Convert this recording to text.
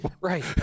Right